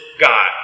God